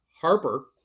Harper